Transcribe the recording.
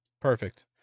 Perfect